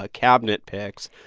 ah cabinet picks.